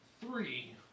three